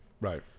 Right